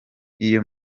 iyo